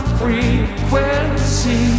frequency